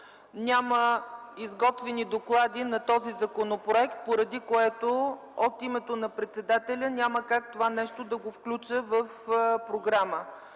Няма изготвени доклади по този законопроект, поради което от името на председателя няма как да включа това нещо в програмата.